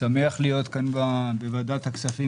אני שמח להיות כאן בוועדת הכספים,